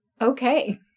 Okay